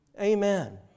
Amen